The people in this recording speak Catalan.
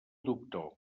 doctor